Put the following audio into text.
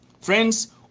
friends